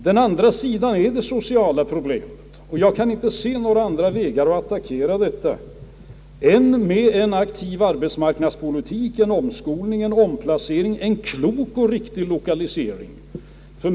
Den andra sidan är det sociala problemet, och jag kan inte se några andra vägar att attackera detta än med en aktiv arbetsmarknadspolitik, en omskolning, en omplacering, en klok och riktig lokalisering.